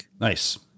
Nice